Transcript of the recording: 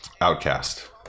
outcast